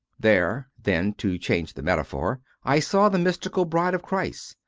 there, then, to change the metaphor, i saw the mystical bride of christ,